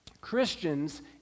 Christians